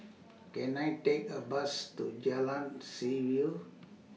Can I Take A Bus to Jalan Seaview